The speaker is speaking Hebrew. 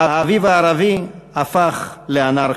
האביב הערבי הפך לאנרכיה.